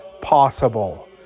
possible